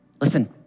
listen